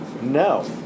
No